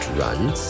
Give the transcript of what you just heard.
runs